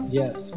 yes